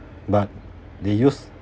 but they use